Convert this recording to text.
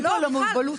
אדם